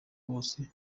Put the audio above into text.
bose